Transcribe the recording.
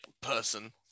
person